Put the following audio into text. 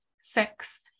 six